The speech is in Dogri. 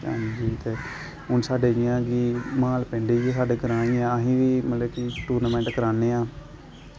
हून साढ़े जि'यां कि माह्ल पिंड च साढ़े ग्रांऽ गै ऐ अस बी मतलब कि टूर्नामैंट करान्ने आं